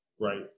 Right